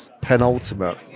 penultimate